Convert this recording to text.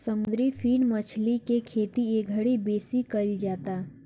समुंदरी फिन मछरी के खेती एघड़ी बेसी कईल जाता